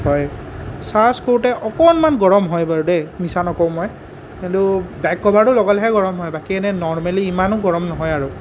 হয় চাৰ্জ কৰোঁতে অকণমান গৰম হয় বাৰু দেই মিছা নকওঁ মই কিন্তু বেক কভাৰটো লগালেহে গৰম হয় বাকী এনে নৰ্মেলী ইমানো গৰম নহয় আৰু